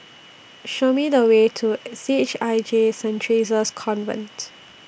Show Me The Way to C H I J Saint Theresa's Convent